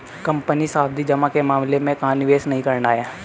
Company सावधि जमा के मामले में कहाँ निवेश नहीं करना है?